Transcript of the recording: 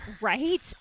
Right